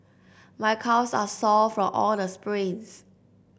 my calves are sore from all the sprints